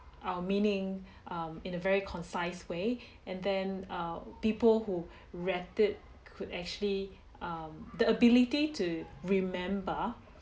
our meaning um in a very concise way and then err people who read it could actually um the ability to remember